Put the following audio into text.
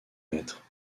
maître